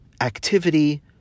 activity